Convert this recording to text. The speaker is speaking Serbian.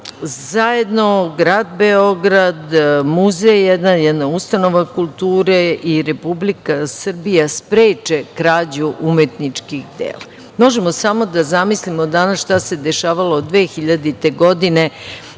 zajedno grad Beograd, muzej, jedna ustanova kulture i Republika Srbija spreče krađu umetničkih dela. Možemo samo da zamislimo danas šta se dešavalo od 2000. godine